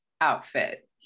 outfit